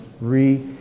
re